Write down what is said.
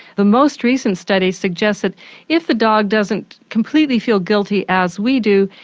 the most recent study suggests that if the dog doesn't completely feel guilty as we do,